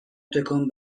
تکان